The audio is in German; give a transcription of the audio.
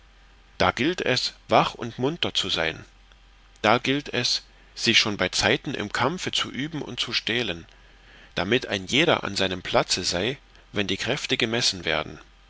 da gilt es wach und munter zu sein da gilt es sich schon bei zeiten im kampfe zu üben und zu stählen damit ein jeder an seinem platze sei wenn die kräfte gemessen werden